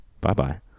Bye-bye